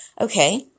Okay